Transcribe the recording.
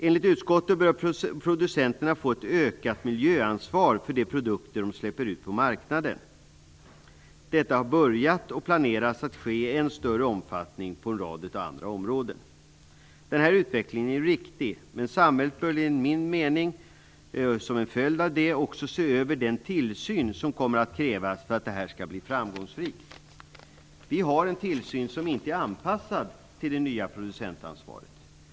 Enligt utskottet bör producenterna få ett ökat miljöansvar för de produkter de släpper ut på marknaden. Detta har börjat, och det planeras ske i en större omfattning på en rad andra områden. Den här utvecklingen är riktig, men samhället bör enligt min mening som en följd av detta också se över den tillsyn som kommer att krävas för att det här skall bli framgångsrikt. Vi har en tillsyn som inte är anpassad till det nya producentansvaret.